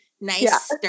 nice